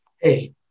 Hey